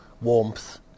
warmth